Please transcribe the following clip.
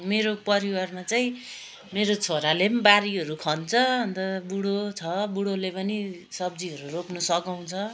मेरो परिवारमा चाहिँ मेरो छोराले पनि बारीहरू खन्छ अन्त बुडो छ बुडोले पनि सब्जीहरू रोप्नु सगाउँछ